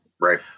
Right